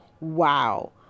wow